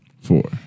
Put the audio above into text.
Four